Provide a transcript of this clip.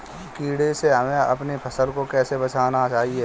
कीड़े से हमें अपनी फसल को कैसे बचाना चाहिए?